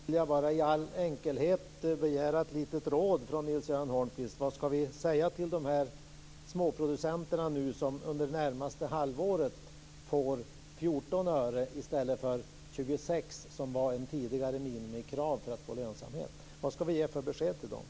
Fru talman! Jag vill bara i all enkelhet be om ett litet råd från Nils-Göran Holmqvist. Vad ska vi säga till de småskaliga producenter som under det närmaste halvåret får 14 öre i stället för de 26 öre som var det tidigare minimikravet för att skapa lönsamhet? Vilket besked ska de få?